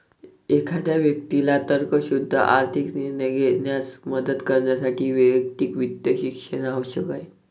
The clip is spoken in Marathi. एखाद्या व्यक्तीला तर्कशुद्ध आर्थिक निर्णय घेण्यास मदत करण्यासाठी वैयक्तिक वित्त शिक्षण आवश्यक आहे